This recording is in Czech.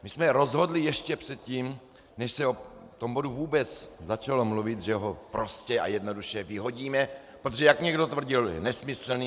My jsme rozhodli ještě předtím, než se o tom bodu vůbec začalo mluvit, že ho prostě a jednoduše vyhodíme, protože, jak někdo tvrdil, je nesmyslný atd. atd.